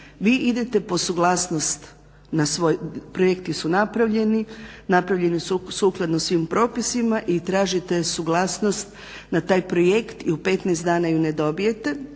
vi idete po suglasnost, projekti su napravljeni, napravljeni su sukladno svim propisima i tražite suglasnost na taj projekt i u 15 dana ju ne dobijete,